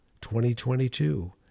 2022